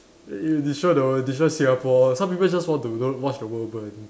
it'll destroy the world destroy Singapore some people just want to you know watch the world burn